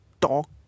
talk